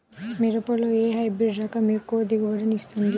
మిరపలో ఏ హైబ్రిడ్ రకం ఎక్కువ దిగుబడిని ఇస్తుంది?